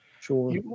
sure